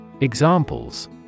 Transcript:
Examples